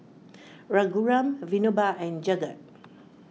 Raghuram Vinoba and Jagat